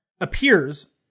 appears